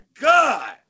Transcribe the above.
God